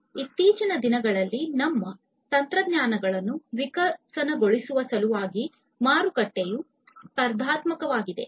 ಇತ್ತೀಚಿನ ದಿನಗಳಲ್ಲಿ ಮಾರುಕಟ್ಟೆಯು ಸ್ಪರ್ಧಾತ್ಮಕವಾಗಿದೆ